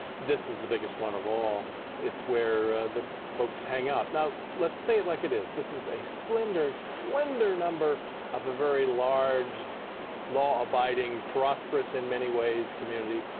this is the biggest one of all it's where the folks hang out. let's say it like it is. this is a slender slender number of a very large law abiding prosperous in many ways community.